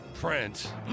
Print